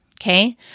okay